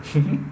mmhmm